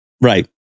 Right